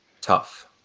tough